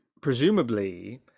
presumably